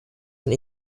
and